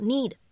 Need